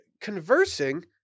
conversing